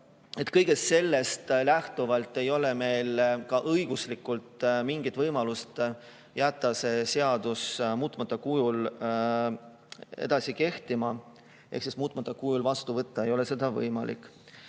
Kõigest sellest lähtuvalt ei ole meil õiguslikult mingit võimalust jätta see seadus muutmata kujul edasi kehtima. Ehk siis muutmata kujul vastu võtta ei ole seda võimalik.